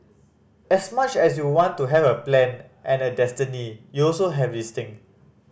as much as you want to have a plan and a destiny you also have this thing